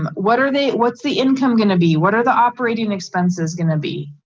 um what are they? what's the income gonna be? what are the operating expenses gonna be?